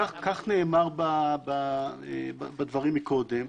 כך נאמר בדברים מקודם.